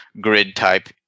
grid-type